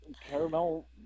caramel